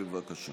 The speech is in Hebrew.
בבקשה.